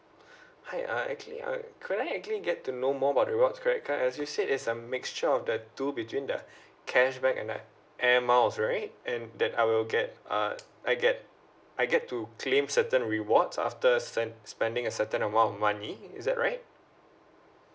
hi uh okay uh could I actually get to know more about rewards credit card as you said is a mixture of the two between the cashback and like airmiles right and that I will get uh I get I get to claim certain rewards after spend~ spending a certain amount of money is that right